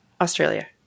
Australia